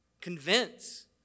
convince